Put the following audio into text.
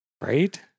Right